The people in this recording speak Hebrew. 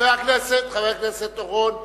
חבר הכנסת אורון,